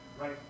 right